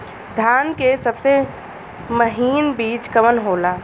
धान के सबसे महीन बिज कवन होला?